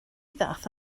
ddaeth